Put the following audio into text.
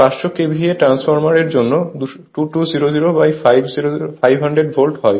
500KVA transformer এর জন্য 2200500 volt হয়